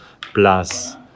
plus